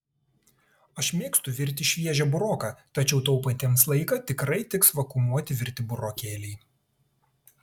aš mėgstu virti šviežią buroką tačiau taupantiems laiką tikrai tiks vakuumuoti virti burokėliai